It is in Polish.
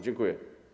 Dziękuję.